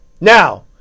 Now